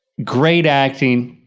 great acting.